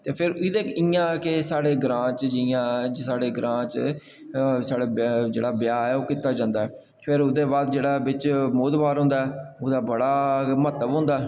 ते एह् इ'यां कि साढ़े ग्रांऽ च जि'यां साढ़े ग्रांऽ च साढ़े जेह्ड़ा ब्याह् ऐ ओह् कीता जंदा ऐ ते फिर ओह्दे बाद जेह्ड़ा बिच्च मोह्तबार होंदा ऐ ओह्दा बड़ा म्हत्तव होंदा ऐ